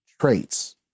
traits